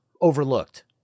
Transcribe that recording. overlooked